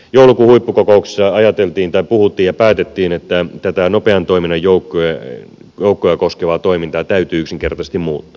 joulukuun huippukokouksessa puhuttiin ja päätettiin että tätä nopean toiminnan joukkoja koskevaa toimintaa täytyy yksinkertaisesti muuttaa